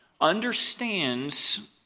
understands